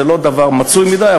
זה לא דבר מצוי מדי,